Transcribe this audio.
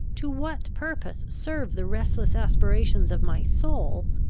to what purpose serve the restless aspirations of my soul,